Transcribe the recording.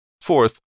Fourth